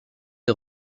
des